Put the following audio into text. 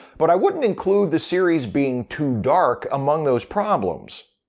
but i wouldn't include the series being too dark among those problems.